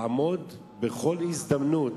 לעמוד בכל הזדמנות,